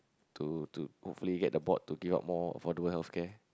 to to hopefully get the board to give out more affordable healthcare